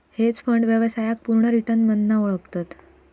hedge fund व्यवसायाक पुर्ण return मधना ओळखतत